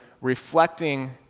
reflecting